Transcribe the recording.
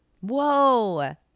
Whoa